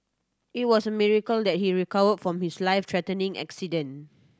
it was a miracle that he recovered from his life threatening accident